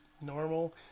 normal